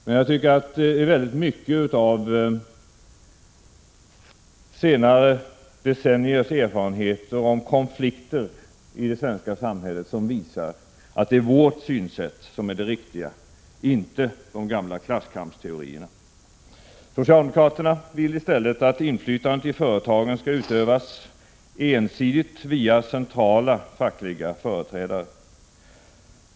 Men jag tycker att väldigt mycket i senare decenniers erfarenheter av konflikter i det svenska samhället visar att det är vårt synsätt som är det riktiga, inte de gamla klasskampsteorierna. Socialdemokraterna vill i stället att inflytandet i företagen skall utövas ensidigt via centrala fackliga företrädare.